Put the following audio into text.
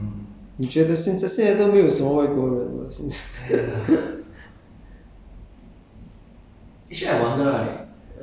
uh 我觉得这些都是 singaporean 才去 ah 你觉得现在现在都没有什么外国人 mah 现在